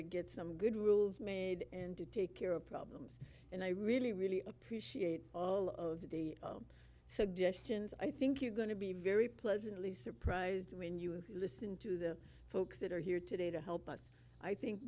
to get some good rules made and to take care of problems and i really really appreciate all of the suggestions i think you're going to be very pleasantly surprised when you listen to the folks that are here today to help us i think